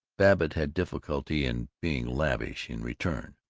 babbitt had difficulty in being lavish in return,